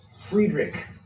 friedrich